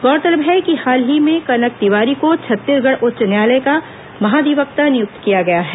गौरतलब है कि हाल ही में कनक तिवारी को छत्तीसगढ़ उच्च न्यायालय का महाधिवक्ता नियुक्त किया गया है